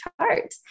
chart